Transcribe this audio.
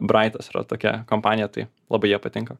braitas yra tokia kompanija tai labai jie patinka